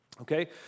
Okay